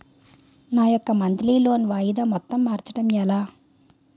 నా యెక్క monthly loan వాయిదా మొత్తం మార్చడం ఎలా?